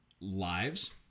lives